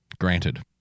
Granted